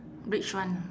rich one ah